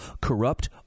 corrupt